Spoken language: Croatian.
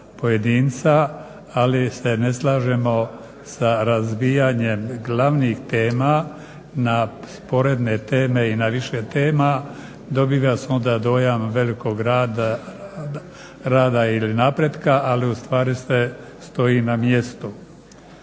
pojedinca, ali se ne slažemo sa razbijanjem glavnih tema na sporedne teme i na više tema. Dobiva se onda dojam velikog rada ili napretka, ali u stvari sve stoji na mjestu.